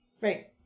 Right